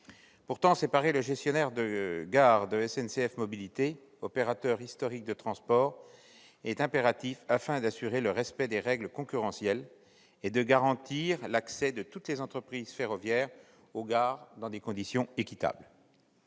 Pourtant, séparer le gestionnaire de gares de SNCF Mobilités, opérateur historique de transport, est impératif pour assurer le respect des règles concurrentielles et garantir l'accès de toutes les entreprises ferroviaires aux gares dans des conditions d'équité.